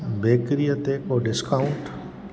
bakery ते कोई discount